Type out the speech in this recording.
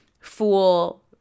fool